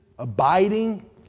abiding